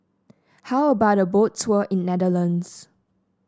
how about a Boat Tour in Netherlands